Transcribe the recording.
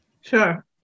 Sure